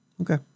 Okay